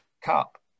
cup